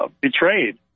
betrayed